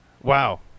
Wow